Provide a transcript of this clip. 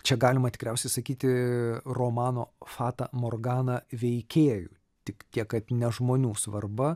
čia galima tikriausiai sakyti romano fata morgana veikėjų tik tiek kad ne žmonių svarba